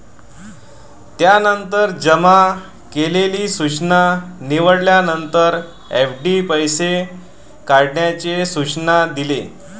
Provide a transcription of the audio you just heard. त्यानंतर जमा केलेली सूचना निवडल्यानंतर, एफ.डी पैसे काढण्याचे सूचना दिले